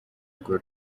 urwo